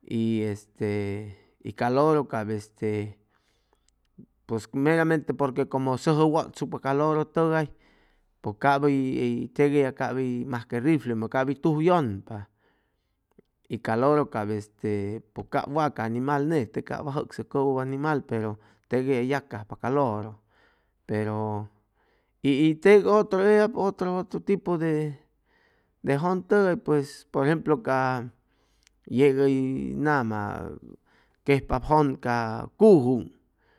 y este ca loro cap este pos meramente como sʉjʉ wʉtsucpa ca loro tʉgay pʉj cap hʉy hʉy teg eya cap hʉy masque riflemʉ cap hʉy tuj yʉnpa y ca loro cap este pʉj cap waca animal nete cap wat jʉcsʉk cʉwʉp animal pero teg eya hʉy yacajpa ca loro pero y y teg otro eyab otro otro otro tipo de jʉn tʉgay pues por ejemplo ca yeg hʉy nama quejpap jʉn ca cuju